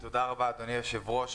תודה רבה, אדוני היושב-ראש.